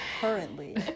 currently